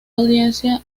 audiencia